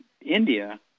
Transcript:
India